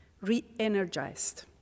re-energized